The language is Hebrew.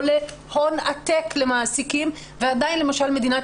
עולה הון עתק למעסיקים ועדיין למשל מדינת